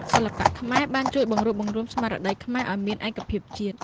សិល្បៈខ្មែរបានជួយបង្រួបបង្រួមស្មារតីខ្មែរឱ្យមានឯកភាពជាតិ។